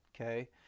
Okay